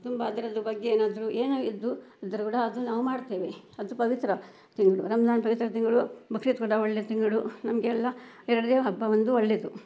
ತುಂಬ ಅದರದ್ದು ಬಗ್ಗೆ ಏನಾದರೂ ಏನೋ ಇದ್ದು ಇದ್ದರೂ ಕೂಡ ಅದು ನಾವು ಮಾಡ್ತೇವೆ ಅದು ಪವಿತ್ರ ತಿಂಗಳು ರಂಜಾನ್ ಪವಿತ್ರ ತಿಂಗಳು ಬಕ್ರೀದ್ ಕೂಡ ಒಳ್ಳೆ ತಿಂಗಳು ನಮಗೆಲ್ಲ ಹಬ್ಬ ಒಳ್ಳೇದು